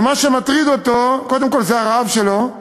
ומה שמטריד אותו קודם כול זה הרעב שלו,